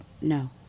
No